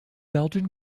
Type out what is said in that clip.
belgian